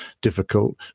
difficult